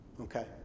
okay